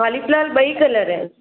हाल फिल्हाल ॿई कलरु आहिनि